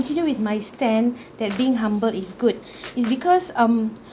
continue with my stand that being humble is good it's because um